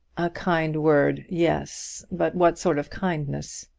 a kind word yes, but what sort of kindness?